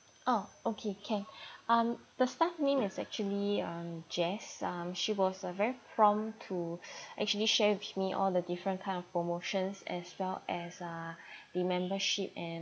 oh okay can um the staff name is actually um jess um she was uh very prompt to actually shares with me all the different kind of promotions as well as uh the membership and